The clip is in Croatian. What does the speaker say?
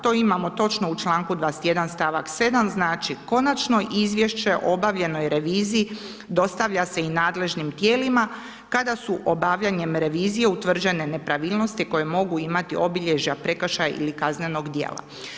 To imamo točno u članku 21. stavak 7., znači konačno izvješće o obavljenoj reviziji, dostavlja se i nadležnim tijelima kada su obavljanjem revizije utvrđene nepravilnosti koje mogu imati obilježja prekršaja ili kaznenog djela.